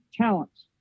talents